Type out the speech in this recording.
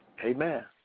Amen